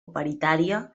paritària